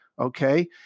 Okay